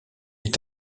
est